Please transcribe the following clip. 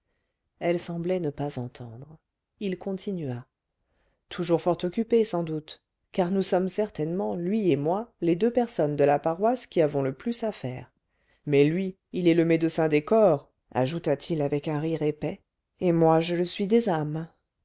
elle semblait ne pas entendre il continua toujours fort occupé sans doute car nous sommes certainement lui et moi les deux personnes de la paroisse qui avons le plus à faire mais lui il est le médecin des corps ajouta-t-il avec un rire épais et moi je le suis des âmes